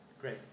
great